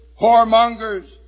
whoremongers